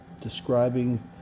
describing